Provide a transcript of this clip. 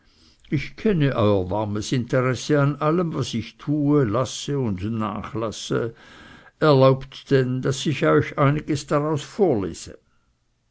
ich kenne euer warmes interesse an allem was ich tue lasse und nachlasse erlaubt denn daß ich euch einiges daraus vorlese